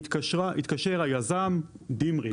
התקשר היזם "דמרי",